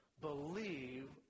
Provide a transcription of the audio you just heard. believe